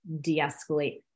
de-escalate